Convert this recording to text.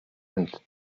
and